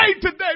today